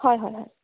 হয় হয় হয়